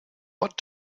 what